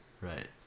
Right